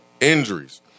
injuries